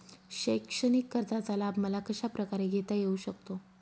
शैक्षणिक कर्जाचा लाभ मला कशाप्रकारे घेता येऊ शकतो?